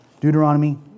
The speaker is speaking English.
Deuteronomy